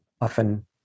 often